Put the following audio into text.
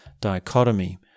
dichotomy